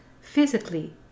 physically